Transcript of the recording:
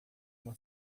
uma